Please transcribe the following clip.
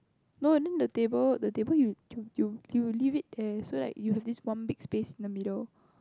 no then the table the table you you you you leave it there so like you have this one big space in the middle